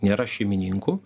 nėra šeimininkų